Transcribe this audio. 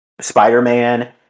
Spider-Man